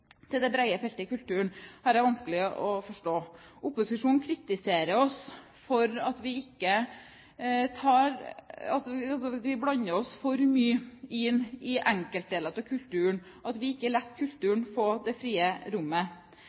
feltet i kulturen, har jeg vanskelig for å forstå. Opposisjonen kritiserer oss for at vi blander oss for mye inn i enkeltdeler av kulturen, at vi ikke lar kulturen få det frie rommet.